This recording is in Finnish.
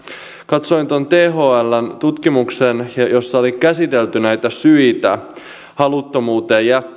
katsoin tuon thln tutkimuksen jossa oli käsitelty näitä syitä yksi oli haluttomuus